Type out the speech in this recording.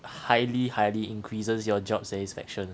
highly highly increases your job satisfaction